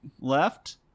left